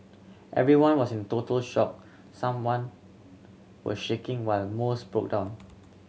everyone was in total shock someone were shaking while most broke down